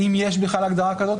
האם יש בכלל הגדרה כזו?